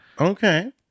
okay